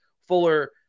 Fuller